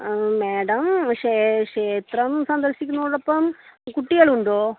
ആ മാഡം ക്ഷേത്രം സന്ദർശിക്കുന്നതോടൊപ്പം കുട്ടികളുണ്ടോ